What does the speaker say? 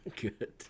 Good